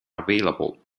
available